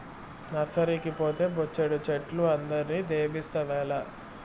నర్సరీకి పోతే బొచ్చెడు చెట్లు అందరిని దేబిస్తావేల